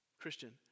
Christian